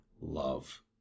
love